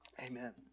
Amen